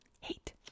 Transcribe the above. Hate